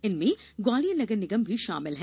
इनमें ग्वालियर नगर निगम भी शामिल है